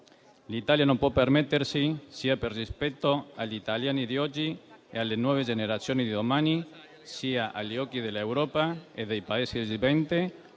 L'Italia non può permettersi, sia per rispetto agli italiani di oggi e alle nuove generazioni di domani, sia agli occhi dell'Europa e dei Paesi del G20,